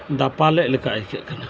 ᱫᱟᱯᱟᱞᱮᱜ ᱞᱮᱠᱟ ᱟᱹᱭᱠᱟᱹᱜ ᱠᱟᱱᱟ